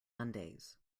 mondays